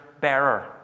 bearer